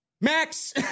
Max